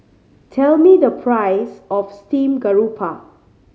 tell me the price of steamed garoupa